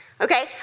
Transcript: Okay